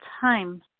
time